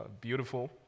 beautiful